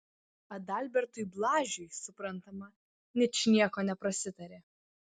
adalbertui blažiui suprantama ničnieko neprasitarė